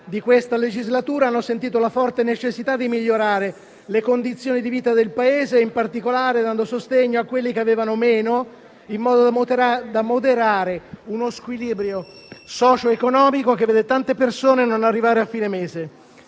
di questa legislatura hanno sentito la forte necessità di migliorare le condizioni di vita del Paese, in particolare dando sostegno a coloro che avevano meno, in modo da moderare uno squilibrio socio-economico che vede tante persone non arrivare a fine mese.